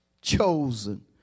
chosen